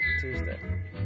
Tuesday